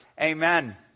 Amen